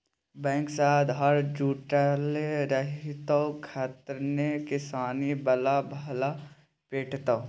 bank सँ आधार जुटल रहितौ तखने किसानी बला लाभ भेटितौ